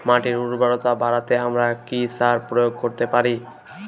মাটির উর্বরতা বাড়াতে আমরা কি সার প্রয়োগ করতে পারি?